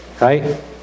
right